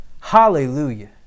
Hallelujah